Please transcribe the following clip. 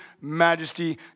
majesty